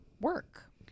work